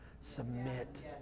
submit